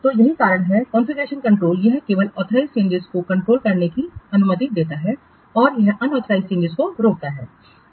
तो यही कारण है कि कॉन्फ़िगरेशन कंट्रोल यह केवल ऑथराइज चेंजिंसों को कंट्रोल करने की अनुमति देता है और यहअनऑथराइज चेंजिंसों को रोकता है